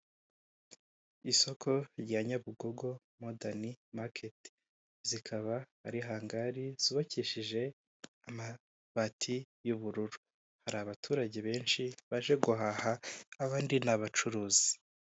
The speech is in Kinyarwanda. Isoko rya Nyabugogo modern market, zikaba ari hangari zubakishije amabati y'ubururu. Hari abaturage benshi baje guhaha, abandi ni abacuruzi.